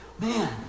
Man